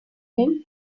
him